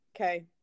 Okay